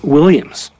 Williams